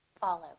follow